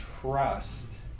trust